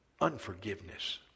unforgiveness